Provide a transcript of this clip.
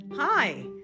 Hi